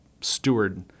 steward